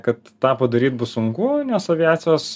kad tą padaryti bus sunku nes aviacijos